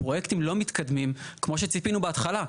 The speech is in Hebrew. הפרויקטים לא מתקדמים כמו שציפינו בהתחלה.